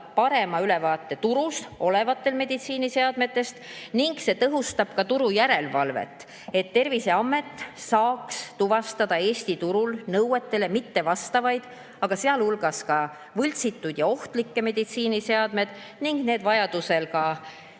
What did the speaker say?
parema ülevaate turul olevatest meditsiiniseadmetest ning see tõhustab ka turu järelevalvet, et Terviseamet saaks tuvastada Eesti turul nõuetele mittevastavaid, sealhulgas võltsitud ja ohtlikke meditsiiniseadmeid ning need vajaduse